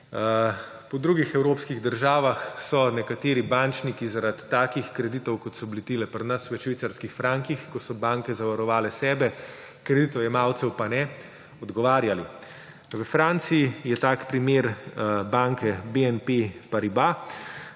po drugih evropskih državah, so nekateri bančniki zaradi takih kreditov, kot so bili tile pri nas v švicarskih frankih, ko so banke zavarovale sebe, kreditojemalcev pa ne, odgovarjali. V Franciji je tak primer banke BNP Paribas,